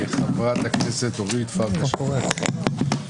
חברת הכנסת אורית פרקש הכהן.